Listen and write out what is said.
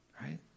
Right